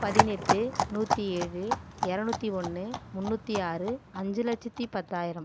பதினெட்டு நூற்றியேழு இரநூத்தி ஒன்று முன்னூற்றி ஆறு அஞ்சு லட்சத்து பத்தாயிரம்